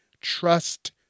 Trust